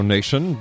Nation